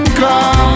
come